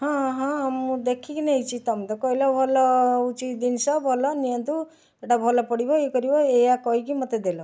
ହଁ ହଁ ମୁଁ ଦେଖି କି ନେଇଛି ତମେ ତ କହିଲ ଭଲ ହଉଛି ଜିନିଷ ଭଲ ନିୟନ୍ତୁ ଏଇଟା ଭଲ ପଡ଼ିବ ଇଏ କରିବ ଏୟା କହି କି ମତେ ଦେଲ